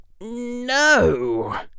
No